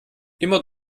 immer